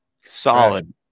Solid